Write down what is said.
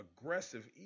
aggressive